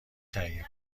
تهیه